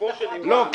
לגופו של עניין,